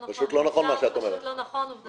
זה פשוט לא נכון מה שאת אומרת.